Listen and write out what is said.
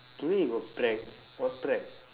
you mean you got prac~ what prac~